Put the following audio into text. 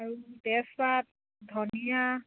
আৰু তেজপাত ধনীয়া